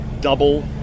double